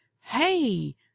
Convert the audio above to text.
hey